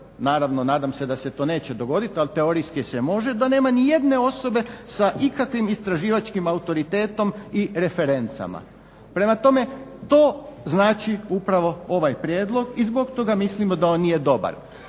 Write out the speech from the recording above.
naravno nadam se da se to neće dogoditi, ali teorijski se može, da nema ni jedne osobe sa ikakvim istraživačkim autoritetom i referencama. Prema tome, to znači upravo ovaj prijedlog i zbog toga mislimo da on nije dobar.